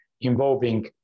involving